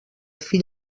fill